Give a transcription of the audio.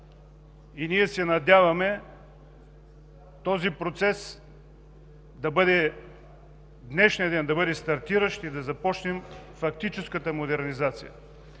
Ние се надяваме този процес в днешния ден да бъде стартиращ и да започнем фактическата модернизация